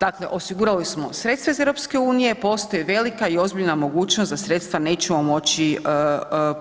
Dakle, osigurali smo sredstva iz EU, postoji velika i ozbiljna mogućnost da sredstva nećemo moći